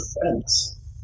friends